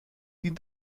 die